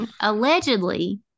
Allegedly